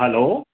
hello